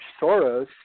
Soros